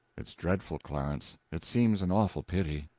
it's dreadful, clarence. it seems an awful pity.